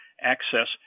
access